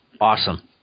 awesome